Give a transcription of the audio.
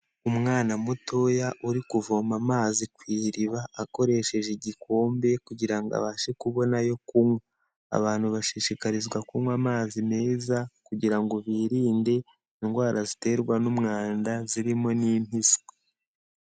Umwana mutoya uri kuvoma amazi ku iriba akoresheje igikombe kugira ngo abashe kubona ayo kunywa, abantu bashishikarizwa kunywa amazi meza kugira ngo birinde indwara ziterwa n'umwanda zirimo n'impiswi.